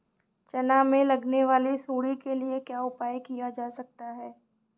चना में लगने वाली सुंडी के लिए क्या उपाय किया जा सकता है?